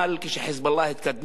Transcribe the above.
כאשר "חיזבאללה" התקדמה,